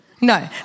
No